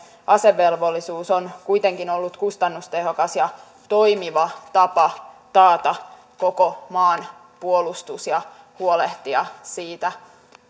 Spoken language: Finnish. asevelvollisuus on kuitenkin ollut kustannustehokas ja toimiva tapa taata koko maan puolustus ja huolehtia siitä